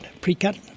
pre-cut